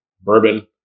bourbon